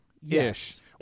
Yes